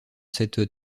cette